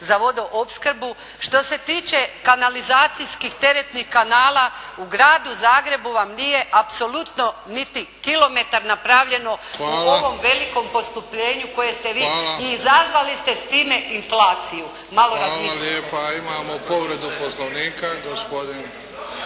za vodoopskrbu, što se tiče kanalizacijskih teretnih kanala u Gradu Zagrebu vam nije apsolutno niti kilometar napravljeno u ovom velikom poskupljenju koje ste vi i izazvali ste s time inflaciju, malo razmislite.